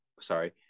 sorry